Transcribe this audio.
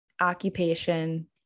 occupation